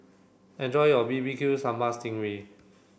enjoy your B B Q Sambal Sting Ray